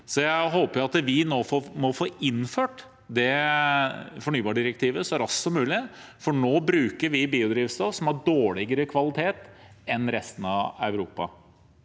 Jeg håper at vi får innført det fornybardirektivet så raskt som mulig, for nå bruker vi biodrivstoff med dårligere kvalitet enn resten av Europa